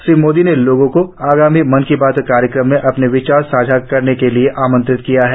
श्री मोदी ने लोगों को आगामी मन की बात कार्यक्रम में अपने विचार साझा करने के लिए आमंत्रित किया है